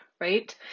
right